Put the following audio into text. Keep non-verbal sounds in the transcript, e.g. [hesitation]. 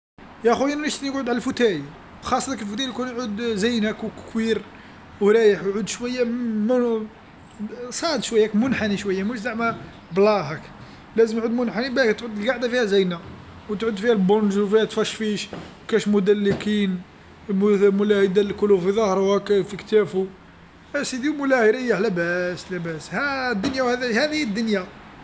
يا خويا انا نشتي تقعد على الأريكة، خاصة ذاك الأريكة كون يعود زين هاك ك-كوير ورايح ويعود شويه [hesitation] صاد شويه منحني شوية مش زعما مسطح هاك، لازم يعود منحني باه تعود القعده فيها زينه وتعود فيها بون [unintelligible] تفشفيش كاش مدلكين، مولاها يدلكولو في ظهرو هكا في كتافو، آسيدي مولاه يريح لاباس لاباس، ها الدنيا هاذي هي الدنيا.